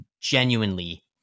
genuinely